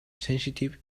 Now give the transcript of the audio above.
sensitive